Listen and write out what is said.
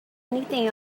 anything